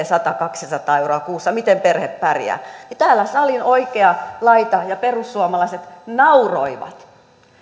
sata viiva kaksisataa euroa kuussa miten perhe pärjää niin täällä salin oikea laita ja perussuomalaiset nauroivat